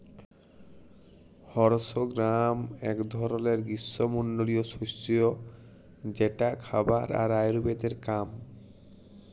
horse gram এক ধরলের গ্রীস্মমন্ডলীয় শস্য যেটা খাবার আর আয়ুর্বেদের কাম